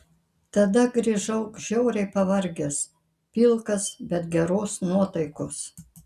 tada grįžau žiauriai pavargęs pilkas bet geros nuotaikos